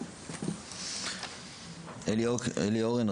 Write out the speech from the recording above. אלי הורן,